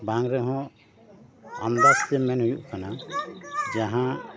ᱵᱟᱝ ᱨᱮᱦᱚᱸ ᱟᱢᱫᱟᱡ ᱛᱮ ᱢᱮᱱ ᱦᱩᱭᱩᱜ ᱠᱟᱱᱟ ᱡᱟᱦᱟᱸ